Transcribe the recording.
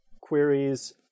queries